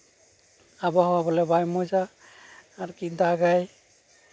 ᱟᱵᱚᱣᱟᱦᱟ ᱵᱚᱞᱮ ᱵᱟᱭ ᱢᱚᱡᱟ ᱟᱨᱠᱤ ᱫᱟᱜᱟᱭ